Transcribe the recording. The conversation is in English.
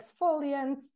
exfoliants